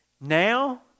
Now